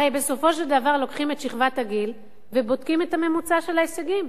הרי בסופו של דבר לוקחים את שכבת הגיל ובודקים את הממוצע של ההישגים,